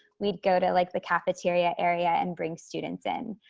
we'd go to like the cafeteria area and bring students in.